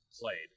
played